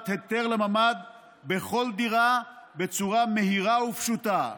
היתר לממ"ד בכל דירה בצורה מהירה ופשוטה.